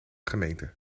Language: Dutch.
gemeente